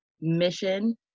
mission